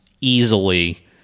easily